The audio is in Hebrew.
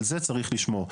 על זה צריך לשמור.